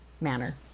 manner